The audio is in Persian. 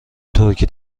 ترکی